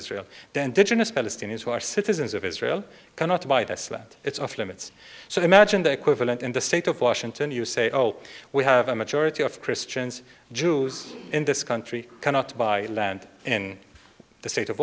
are citizens of israel cannot buy this land it's off limits so imagine the equivalent in the state of washington you say oh we have a majority of christians jews in this country cannot buy land in the state of